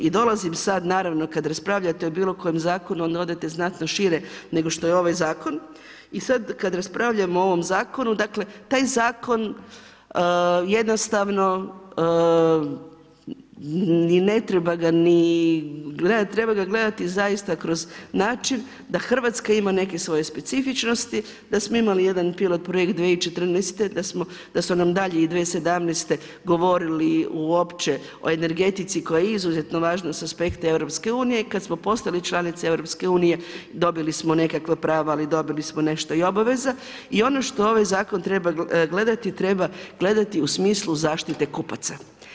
I dolazim sada naravno kada raspravljate o bilo kojem zakonu onda odete znatno šire nego što je ovaj zakon i sada kada raspravljamo o ovom zakonu, taj zakon jednostavno ni ne treba ga gledati, treba ga gledati zaista kroz način da Hrvatska ima neke svoje specifičnosti, da smo imali jedan pilot projekt 2014. da su nam i dalje 2017. govorili uopće o energetici koja je izuzetno važna sa aspekta EU i kada smo postali članica EU dobili smo nekakva prava, ali dobili smo nešto i obaveza i ono što ovaj zakon treba gledati, treba gledati u smislu zaštite kupaca.